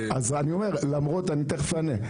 אז אני אומר, למרות, אני תכף אענה.